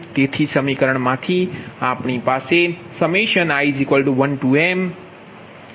તેથી સમીકરણ માંથી આપણી પાસે i1mPgi∂λi1mdiBiibi2diBii2 છે